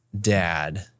dad